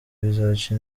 bizaca